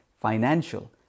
financial